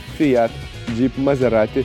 fiat jeep maserati